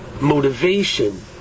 motivation